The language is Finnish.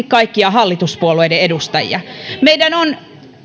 kaikkia hallituspuolueiden edustajia meidän on